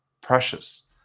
precious